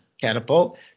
catapult